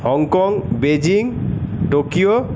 Hong Kong Beijing Tokyo